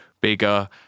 bigger